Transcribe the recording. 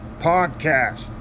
podcast